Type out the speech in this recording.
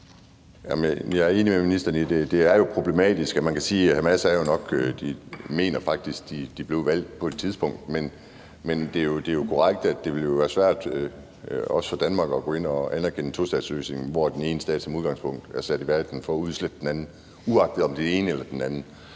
Jeg er enig med ministeren i, at det jo er problematisk, og jeg mener faktisk, at Hamas blev valgt på et tidspunkt. Men det er jo korrekt, at det ville være svært, også for Danmark, at gå ind at anerkende en tostatsløsning, hvor den ene stat som udgangspunkt er sat i verden for at udslette den anden, uagtet om det er den ene eller den anden.